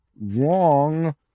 wrong